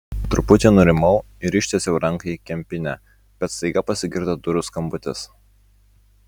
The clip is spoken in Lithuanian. truputį nurimau ir ištiesiau ranką į kempinę bet staiga pasigirdo durų skambutis